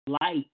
light